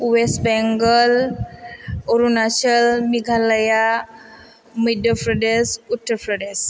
west Bengal Arunachal Meghalaya Madhya Pradesh Uttar Pradesh